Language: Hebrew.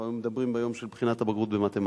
אנחנו מדברים ביום של בחינת הבגרות במתמטיקה.